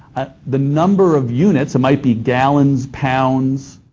the number of units, it might be gallons, pounds,